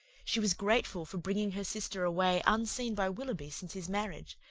she was grateful for bringing her sister away unseen by willoughby since his marriage,